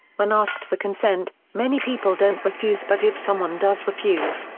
when asked for consent, many people don't refuse but if someone does refuse,